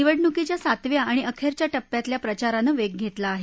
निवडणुकीच्या सातव्या आणि अखेरच्या टप्प्यातल्या प्रचारानं वेग घेतला आहे